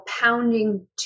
pounding